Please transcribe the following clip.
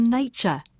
nature